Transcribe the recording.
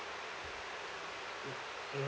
mm